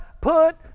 put